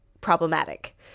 problematic